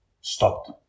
stopped